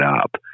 up